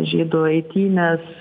žydų eitynės